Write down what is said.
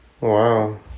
Wow